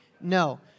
No